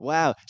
Wow